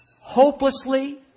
Hopelessly